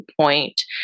point